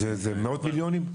מאות מיליונים?